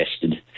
tested